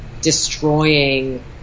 destroying